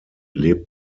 lebt